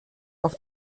auf